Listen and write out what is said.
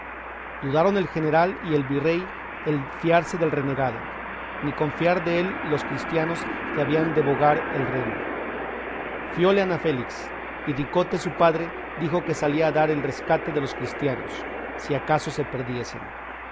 dudaron el general y el virrey el fiarse del renegado ni confiar de los cristianos que habían de bogar el remo fióle ana félix y ricote su padre dijo que salía a dar el rescate de los cristianos si acaso se perdiesen